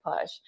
push